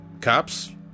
Cops